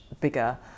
bigger